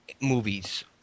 movies